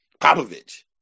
Popovich